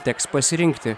teks pasirinkti